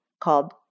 called